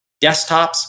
Desktops